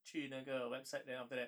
去那个 website then after that